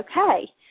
okay